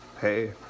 Hey